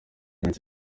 mike